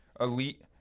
elite